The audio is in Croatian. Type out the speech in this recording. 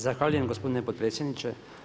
Zahvaljujem gospodine potpredsjedniče.